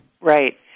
Right